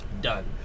Done